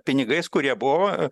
pinigais kurie buvo